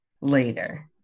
later